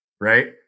right